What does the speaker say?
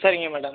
சரிங்க மேடம்